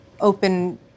open